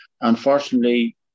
unfortunately